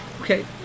Okay